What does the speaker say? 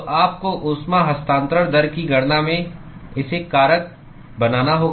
तो आपको ऊष्मा हस्तांतरण दर की गणना में इसे कारक बनाना होगा